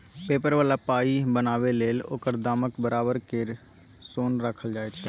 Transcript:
paper बला पाइ बनाबै लेल ओकर दामक बराबर केर सोन राखल जाइ छै